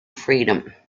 freedom